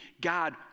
god